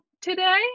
today